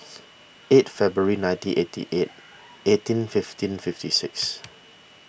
eight February nineteen eighty eight eighteen fifteen fifty six